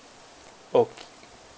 okay